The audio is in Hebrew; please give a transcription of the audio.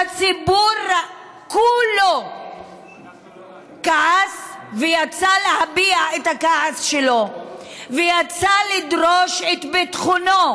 והציבור כולו כעס ויצא להביע את הכעס שלו ויצא לדרוש את ביטחונו.